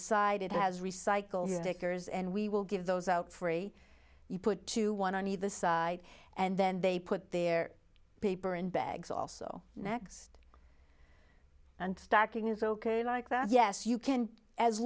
side it has recycled stickers and we will give those out free you put two one on either side and then they put their paper in bags also next unstacking is ok like that yes you can as